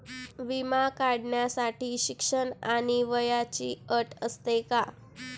विमा काढण्यासाठी शिक्षण आणि वयाची अट असते का?